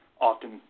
often